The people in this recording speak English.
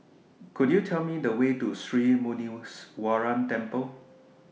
Could YOU Tell Me The Way to Sri Muneeswaran Temple